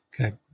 Okay